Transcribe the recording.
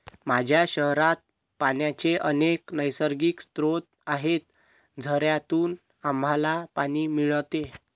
माझ्या शहरात पाण्याचे अनेक नैसर्गिक स्रोत आहेत, झऱ्यांतून आम्हाला पाणी मिळते